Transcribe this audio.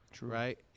Right